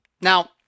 now